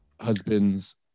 husbands